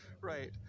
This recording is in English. Right